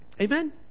Amen